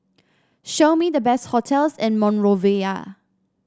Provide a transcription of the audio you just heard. show me the best hotels in Monrovia